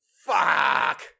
Fuck